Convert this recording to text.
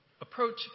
approach